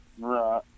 Right